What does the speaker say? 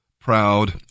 proud